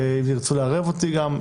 ואם ירצו לערב אותי גם,